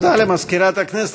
תודה למזכירת הכנסת.